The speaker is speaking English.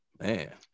Man